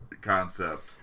concept